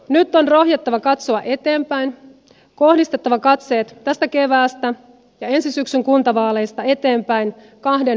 nyt on rohjettava katsoa eteenpäin kohdistettava katseet tästä keväästä ja ensi syksyn kuntavaaleista eteenpäin kahden vuosikymmenen päähän